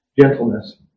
gentleness